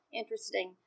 interesting